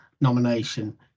nomination